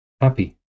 happy